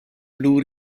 blue